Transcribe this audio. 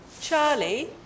Charlie